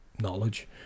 knowledge